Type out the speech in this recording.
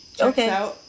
Okay